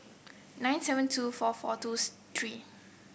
nine seven two four four two three